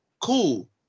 Cool